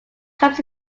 comes